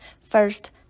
First